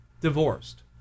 divorced